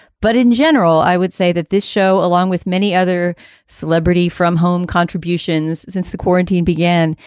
but in general, i would say that this show, along with many other celebrity from home contributions since the quarantine began,